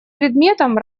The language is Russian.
предметам